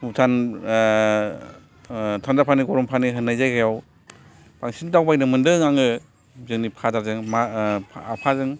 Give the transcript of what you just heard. भुटानथान्दा पानि गरम पानि होननाय जायगायाव बांसिन दावबायनो मोन्दों आङो जोंनि फाडार जों मा आफाजों